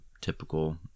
typical